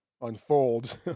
unfolds